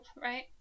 right